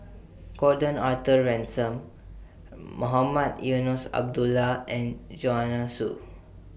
Gordon Arthur Ransome Mohamed Eunos Abdullah and Joanna Soo